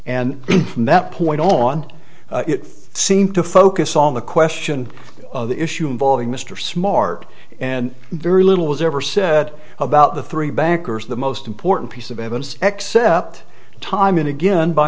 and from that point on it seemed to focus on the question of the issue involving mr smart and very little was ever said about the three bankers the most important piece of evidence except time and again by